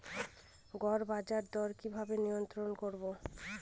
গড় বাজার দর কিভাবে নির্ধারণ করব?